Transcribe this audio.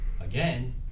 again